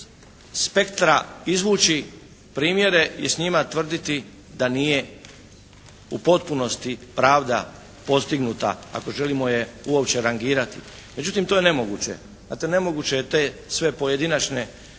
spektra izvući primjere i s njima tvrditi da nije u potpunosti pravda postignuta ako želimo je uopće rangirati. Međutim to je nemoguće. Znate nemoguće je te sve pojedinačne